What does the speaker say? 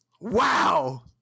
Wow